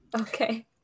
okay